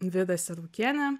vidą serukienę